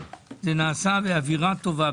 זה נעשה באווירה טובה,